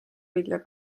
vilja